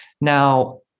Now